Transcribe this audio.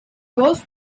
golf